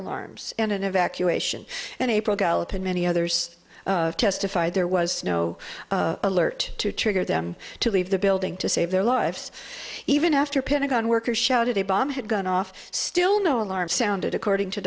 alarms and an evacuation and april gallup and many others testified there was no alert to trigger them to leave the building to save their lives even after pentagon workers shouted a bomb had gone off still no alarm sounded according to